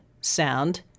sound